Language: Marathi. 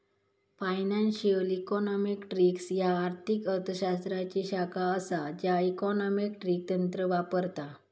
फायनान्शियल इकॉनॉमेट्रिक्स ह्या आर्थिक अर्थ शास्त्राची शाखा असा ज्या इकॉनॉमेट्रिक तंत्र वापरता